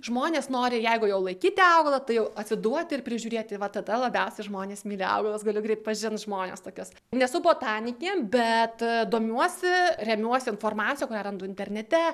žmonės nori jeigu jau laikyti augalą tai jau atsiduoti ir prižiūrėti ir vat tada labiausiai žmonės myli augalus galiu greit pažint žmones tokius nesu botanikė bet domiuosi remiuosi informacija kurią randu internete